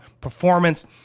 performance